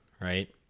right